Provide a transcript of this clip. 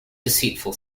deceitful